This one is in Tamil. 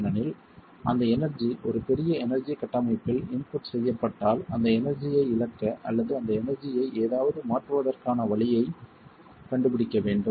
ஏனெனில் அந்த எனர்ஜி ஒரு பெரிய எனர்ஜி கட்டமைப்பில் இன்புட் செய்யப்பட்டால் அந்த எனர்ஜி ஐ இழக்க அல்லது அந்த எனர்ஜி ஐ ஏதாவது மாற்றுவதற்கான வழியைக் கண்டுபிடிக்க வேண்டும்